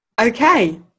Okay